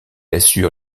assure